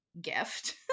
gift